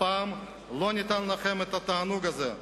הפעם לא ניתן לכם את התענוג הזה.